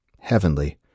Heavenly